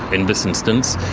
in this instance,